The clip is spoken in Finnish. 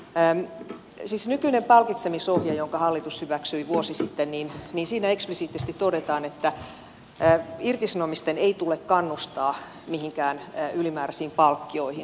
siis nykyisessä palkitsemisohjeessa jonka hallitus hyväksyi vuosi sitten eksplisiittisesti todetaan että irtisanomisten ei tule kannustaa mihinkään ylimääräisiin palkkioihin